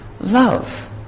love